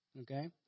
okay